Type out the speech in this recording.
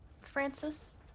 Francis